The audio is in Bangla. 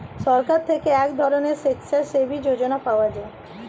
সরকার থেকে এক ধরনের স্বেচ্ছাসেবী যোজনা পাওয়া যায়